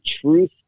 truth